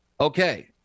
okay